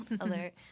alert